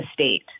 state